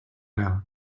down